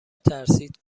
ترسید